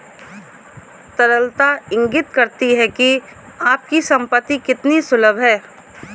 तरलता इंगित करती है कि आपकी संपत्ति कितनी सुलभ है